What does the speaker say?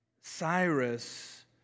Cyrus